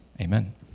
amen